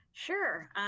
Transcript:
Sure